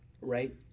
right